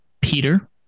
Peter